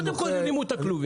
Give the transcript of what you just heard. קודם כל הרימו את הכלובים.